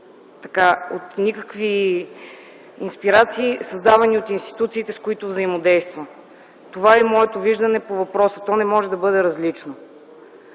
от никакви инспирации, създавани от институциите, с които взаимодейства. Това е и моето виждане по въпроса. То не може да бъде различно.